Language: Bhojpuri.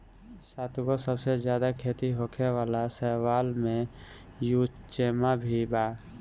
सातगो सबसे ज्यादा खेती होखे वाला शैवाल में युचेमा भी बा